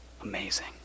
amazing